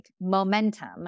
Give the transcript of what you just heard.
momentum